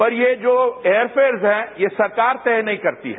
पर ये जो एयर फेयर है ये सरकार तय नहीं करती है